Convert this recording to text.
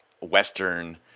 Western